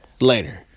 later